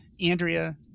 Andrea